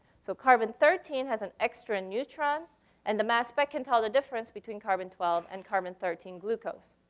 so carbon thirteen has an extra neutron and the mass spec can tell the difference between carbon twelve and carbon thirteen glucose.